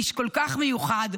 איש כל כך מיוחד,